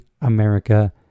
America